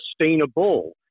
sustainable